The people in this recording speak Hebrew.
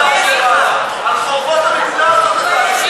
על חורבות המקדש, על חורבות המקדש.